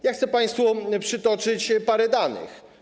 Ja chcę państwu przytoczyć parę danych.